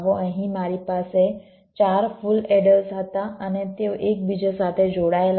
અહીં મારી પાસે 4 ફુલ એડર્સ હતા અને તેઓ એકબીજા સાથે જોડાયેલા હતા